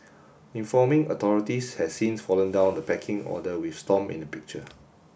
informing authorities has since fallen down the pecking order with Stomp in the picture